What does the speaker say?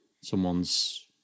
someone's